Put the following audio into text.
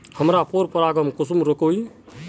हमार पोरपरागण कुंसम रोकीई?